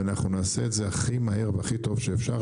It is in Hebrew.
ואנחנו נעשה את זה הכי מהר והכי טוב שאפשר.